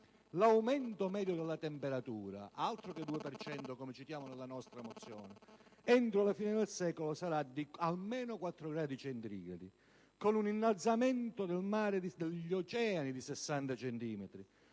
L'aumento medio della temperatura - altro che 2 gradi centigradi, come citiamo nella nostra mozione - entro la fine del secolo sarà di almeno 4 gradi centigradi, con un innalzamento degli oceani di 60 centimetri